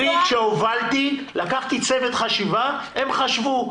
אני כשהובלתי, לקחתי צוות חשיבה, הם חשבו.